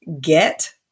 get